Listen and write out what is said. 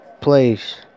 place